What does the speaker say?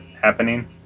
happening